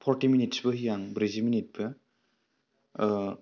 forty मिनिट्सबो होयो आं ब्रैजि मिनिटबो